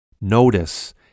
Notice